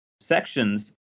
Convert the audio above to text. sections